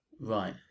right